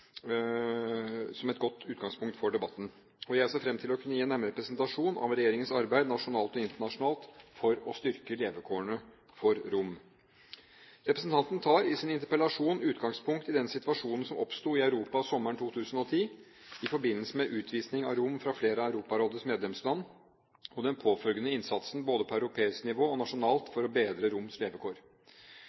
som er et godt utgangspunkt for debatten. Jeg ser fram til å kunne gi en nærmere presentasjon av regjeringens arbeid nasjonalt og internasjonalt for å styrke levekårene for romfolket. Representanten tar i sin interpellasjon utgangspunkt i den situasjonen som oppsto i Europa sommeren 2010 i forbindelse med utvisning av romfolk fra flere av Europarådets medlemsland og den påfølgende innsatsen både på europeisk og nasjonalt nivå for å bedre romenes levekår.